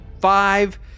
Five